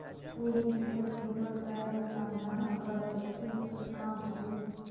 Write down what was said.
कोड़ी बिगर फूटल पाएर ल बाधना अब्बड़ मुसकिल कर काम हवे